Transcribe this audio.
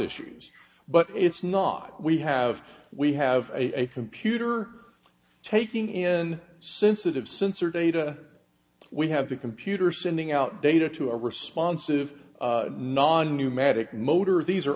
issues but it's not we have we have a computer taking in sensitive sensor data we have the computer sending out data to a responsive non pneumatic motor these are